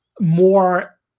more